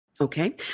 Okay